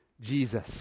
Jesus